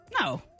No